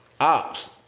Ops